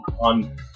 on